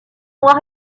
noir